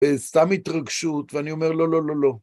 וסתם התרגשות, ואני אומר לא, לא, לא, לא.